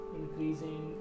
increasing